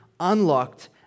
unlocked